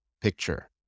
picture